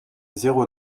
zéro